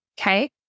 Okay